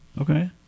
Okay